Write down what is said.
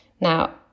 now